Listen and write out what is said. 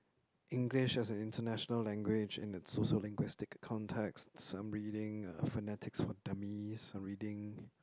English as an international language in its sociolinguistic context I'm reading uh phonetics for dummies I'm reading